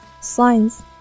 science